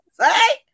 right